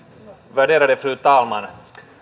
värderade fru talman